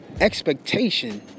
expectation